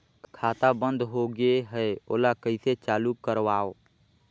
खाता बन्द होगे है ओला कइसे चालू करवाओ?